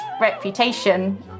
reputation